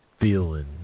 feeling